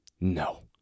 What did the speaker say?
No